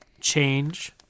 change